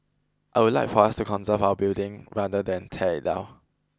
I would like for us to conserve our buildings rather than tear it down